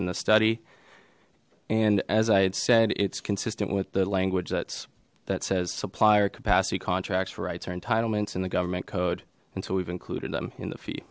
in the study and as i had said it's consistent with the language that's that says supplier capacity contracts for rights are entitlements in the government code until we've included them in the fee